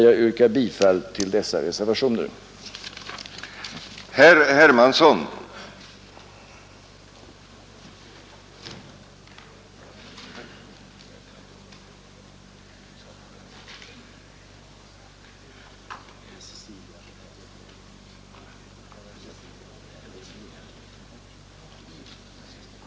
Jag yrkar alltså bifall till reservationerna 3, 4, 7, 8, 9 och 12.